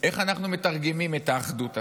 איך אנחנו מתרגמים את האחדות הזאת?